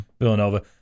Villanova